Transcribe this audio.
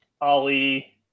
Ali